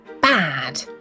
bad